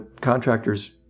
contractors